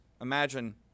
imagine